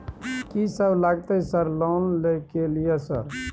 कि सब लगतै सर लोन ले के लिए सर?